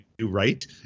right